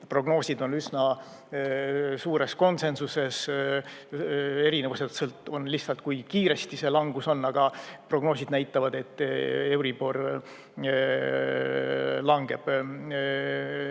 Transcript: prognoosid on üsna suures konsensuses, erinevused on lihtsalt, kui kiiresti see langus on, aga prognoosid näitavad, et euribor langeb